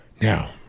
Now